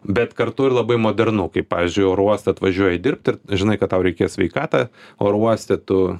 bet kartu ir labai modernu kaip pavyzdžiui oro uoste atvažiuoji dirbt ir žinai kad tau reikės sveikatą oro uoste tu